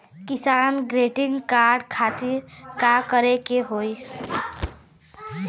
किसान credit card खातिर का करे के होई?